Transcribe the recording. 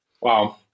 Wow